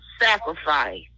sacrifice